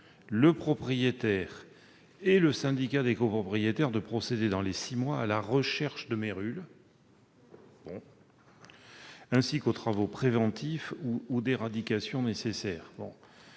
au propriétaire et au syndicat des copropriétaires de procéder dans les six mois à la recherche de mérules ainsi qu'aux travaux préventifs ou d'éradication nécessaires.